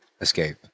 escape